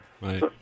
right